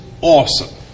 awesome